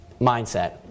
mindset